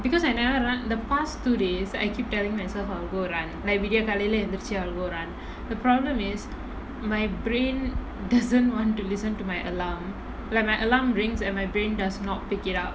because I never run the past two days I keep telling myself I'll go run நா விடிய காலைல எழுந்திருச்சு:naa vidiya kaalaila elunthiruchu I'll go run the problem is my brain doesn't want to listen to my alarm like my alarm rings and my brain does not pick it up